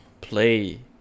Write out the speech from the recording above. play